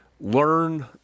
learn